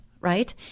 right